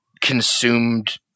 consumed